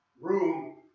room